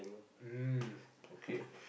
mm okay